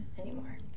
anymore